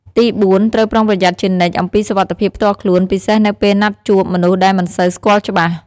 និងទីបួន ត្រូវ ប្រុងប្រយ័ត្នជានិច្ចអំពីសុវត្ថិភាពផ្ទាល់ខ្លួន ពិសេសនៅពេលណាត់ជួបមនុស្សដែលមិនសូវស្គាល់ច្បាស់។